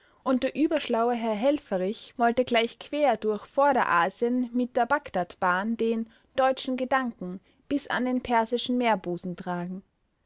und der überschlaue herr helfferich wollte gleich quer durch vorderasien mit der bagdadbahn den deutschen gedanken bis an den persischen meerbusen tragen